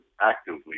actively